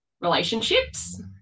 relationships